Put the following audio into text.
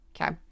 okay